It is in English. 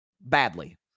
Badly